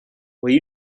will